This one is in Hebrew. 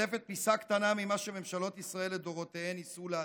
חושפת פיסה קטנה ממה שממשלות ישראל לדורותיהן ניסו להסתיר,